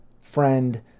friend